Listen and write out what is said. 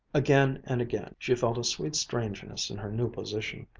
again and again she felt a sweet strangeness in her new position.